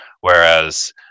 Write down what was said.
whereas